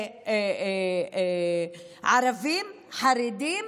זה ערבים, חרדים,